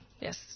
yes